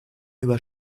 über